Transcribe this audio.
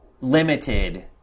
limited